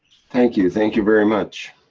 thank you, thank you very much.